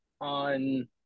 on